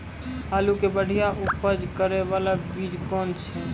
आलू के बढ़िया उपज करे बाला बीज कौन छ?